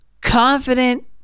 confident